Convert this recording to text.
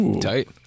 Tight